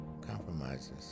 compromises